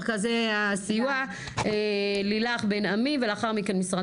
מרכזי הסיוע, לילך בן עמי ולאחר מכן משרד